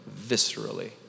viscerally